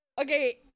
Okay